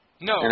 No